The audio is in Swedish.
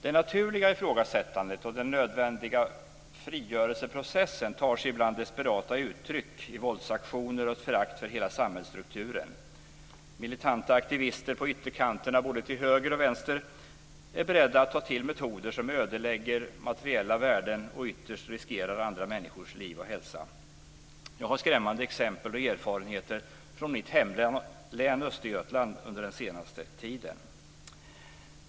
Det naturliga ifrågasättandet och den nödvändiga frigörelseprocessen tar sig ibland desperata uttryck i våldsaktioner och i ett förakt för hela samhällsstrukturen. Militanta aktivister på ytterkanterna både till höger och vänster är beredda att ta till metoder som ödelägger materiella värden och ytterst riskerar andra människors liv och hälsa. Jag har skrämmande exempel och erfarenheter från mitt hemlän Östergötland den senaste tiden.